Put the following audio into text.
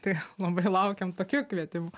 tai labai laukiam tokių kvietimų